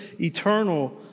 eternal